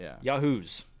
Yahoo's